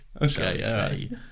Okay